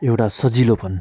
एउटा सजिलोपन